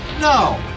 no